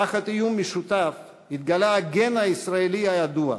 תחת איום משותף התגלה הגן הישראלי הידוע,